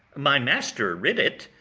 my master writ it,